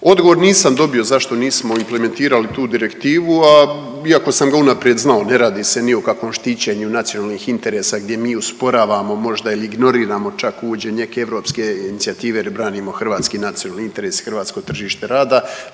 Odgovor nisam dobio zašto nismo implementirali tu direktivu, a, iako sam ga unaprijed znao, ne radi se ni o kakvom štićenju nacionalnih interesa gdje mi usporavamo možda ili ignoriramo čak uvođenje europske inicijative jer branimo hrvatski nacionalni interes i hrvatsko tržište rada,